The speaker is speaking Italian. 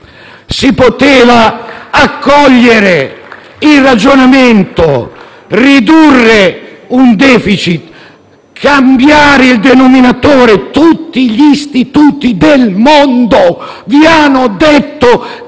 Si poteva accogliere il ragionamento di ridurre il *deficit*, di cambiare il denominatore. Tutti gli istituti del mondo vi hanno detto che